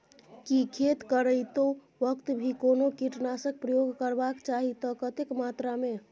की खेत करैतो वक्त भी कोनो कीटनासक प्रयोग करबाक चाही त कतेक मात्रा में?